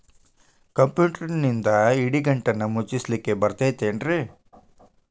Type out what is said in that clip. ಕಂಪ್ಯೂಟರ್ನಿಂದ್ ಇಡಿಗಂಟನ್ನ ಮುಚ್ಚಸ್ಲಿಕ್ಕೆ ಬರತೈತೇನ್ರೇ?